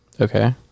Okay